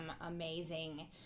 amazing